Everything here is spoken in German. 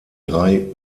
drei